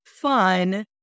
fun